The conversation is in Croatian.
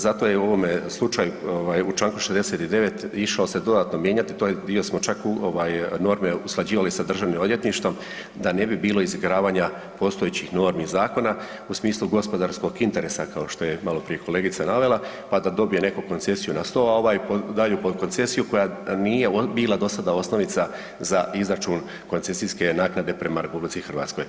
Zato je u ovom slučaju u čl. 69. išao se dodatno mijenjati, čak smo dio norme usklađivali sa Državnim odvjetništvom da ne bi bilo izigravanja postojećih normi zakona u smislu gospodarskog interesa, kao što je maloprije kolegica navela, pa da dobije neko koncesiju na 100, a ovaj daje u potkoncesiju koja nije bila do sada osnovica za izračun koncesijske naknade prema RH.